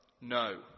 no